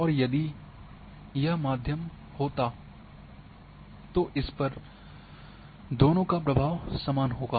और यदि यह मध्य होता तो इसपर दोनों का प्रभाव समान होगा